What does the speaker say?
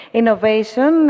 innovation